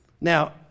Now